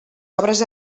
obres